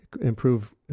improve